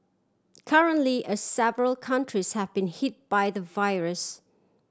currently a several countries have been hit by the virus